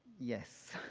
yes.